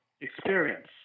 experience